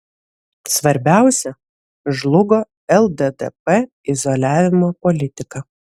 svarbiausia žlugo lddp izoliavimo politika